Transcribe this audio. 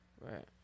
Right